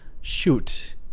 shoot